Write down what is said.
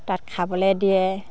তাত খাবলৈ দিয়ে